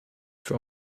für